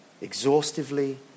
exhaustively